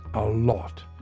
a lot.